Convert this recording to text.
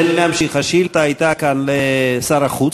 ולשר החוץ.